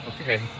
Okay